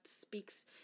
speaks